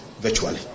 virtually